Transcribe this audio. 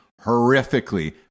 horrifically